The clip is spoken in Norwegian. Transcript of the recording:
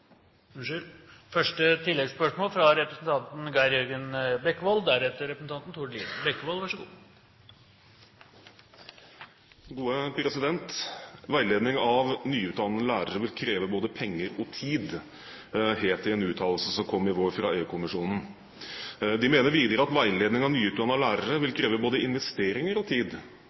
Geir Jørgen Bekkevold. «Veiledning av nyutdannede lærere vil kreve både penger og tid», het det i en uttalelse som i vår kom fra EU-kommisjonen. De mener videre at veiledning av nyutdannede lærere vil kreve både investeringer og tid.